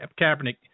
Kaepernick